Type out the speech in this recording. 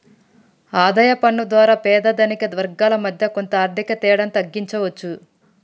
ఆదాయ పన్ను ద్వారా పేద ధనిక వర్గాల మధ్య కొంత ఆర్థిక తేడాను తగ్గించవచ్చు